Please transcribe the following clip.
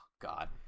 god